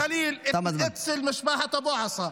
בוואדי ח'ליל אצל משפחת אבו עסא,